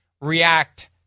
react